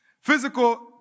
physical